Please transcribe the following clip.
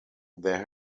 there